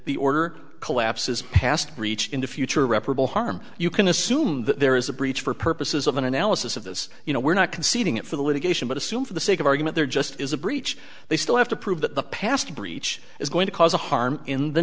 the order collapses past breach into future reparable harm you can assume that there is a breach for purposes of an analysis of this you know we're not conceding it for the litigation but assume for the sake of argument there just is a breach they still have to prove that the past breach is going to cause a harm in the